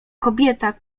kobieta